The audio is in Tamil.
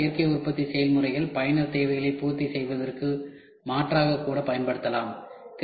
பல்வேறு சேர்க்கை உற்பத்தி செயல்முறைகள் பயனர் தேவைகளைப் பூர்த்தி செய்வதற்கு மாற்றாக கூட பயன்படுத்தலாம்